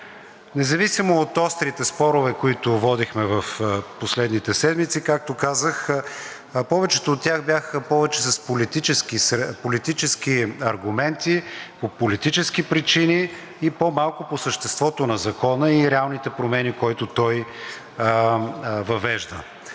Независимо от острите спорове, които водехме в последните седмици, както казах, повечето от тях бяха повече с политически аргументи, по политически причини и по-малко по съществото на Закона и реалните промени, който той въвежда.